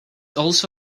also